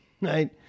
Right